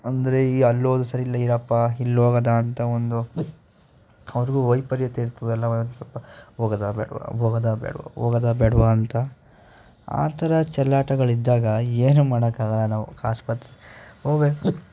ಅಂದರೆ ಈ ಅಲ್ಲೋದ್ರೆ ಸರಿಯಿಲ್ಲ ಇರಪ್ಪ ಇಲ್ಲೋಗೋದಾಂತ ಒಂದು ಅವರಿಗೂ ವೈಪರ್ಯತೆ ಇರ್ತದಲ್ಲ ಒಂದೊಂದ್ಸೊಲ್ಪ ಹೋಗೋದಾ ಬೇಡ್ವಾ ಹೋಗೋದ ಬೇಡ್ವಾ ಹೋಗೋದ ಬೇಡ್ವಾಂತ ಆ ಥರ ಚೆಲ್ಲಾಟಗಳಿದ್ದಾಗ ಏನೂ ಮಾಡೋಕಾಗಲ್ಲ ನಾವು ಆಸ್ಪತ್ರೆ ಹೋಗ್ಬೇಕು